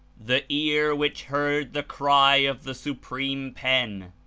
the ear which heard the cry of the supreme pen,